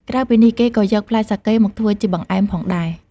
ក្រៅពីនេះ គេក៏យកផ្លែសាកេមកធ្វើជា បង្អែម ផងដែរ។